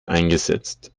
eingesetzt